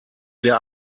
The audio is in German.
der